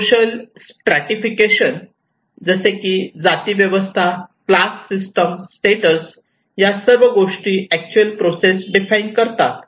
social stratifications जसे की जातीव्यवस्था क्लास सिस्टम स्टेटस या सर्व गोष्टी अॅक्च्युअल प्रोसेस डिफाइन करतात